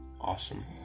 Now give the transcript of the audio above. awesome